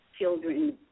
children